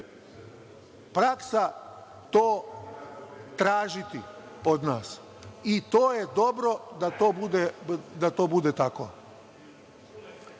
praksa to tražiti od nas i to je dobro da to bude tako. To